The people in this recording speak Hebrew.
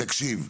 תקשיב, תקשיב.